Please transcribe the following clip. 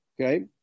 Okay